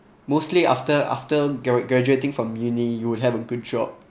mostly after after grad~ graduating from uni you would have a good job